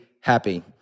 happy